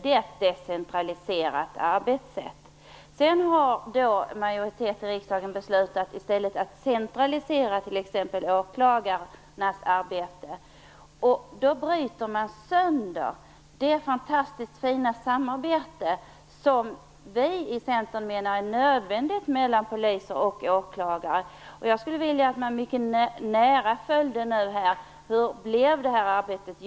Det är ett decentraliserat arbetssätt. Men en majoritet i riksdagen har sedan beslutat att i stället centralisera t.ex. åklagarnas arbete. Därmed bryter man sönder det fantastiskt fina samarbete som vi i Centern menar är nödvändigt mellan polis och åklagare. Jag skulle vilja att man mycket nära följde upp hur det här arbetet blev.